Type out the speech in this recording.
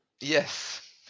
yes